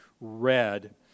read